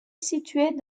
située